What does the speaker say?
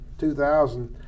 2000